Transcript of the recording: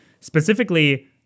specifically